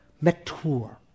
mature